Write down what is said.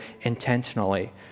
intentionally